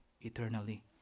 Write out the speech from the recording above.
eternally